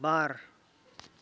बार